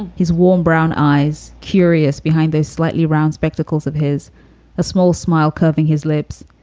and his warm, brown eyes curious behind those slightly round spectacles of his a small smile curving his lips.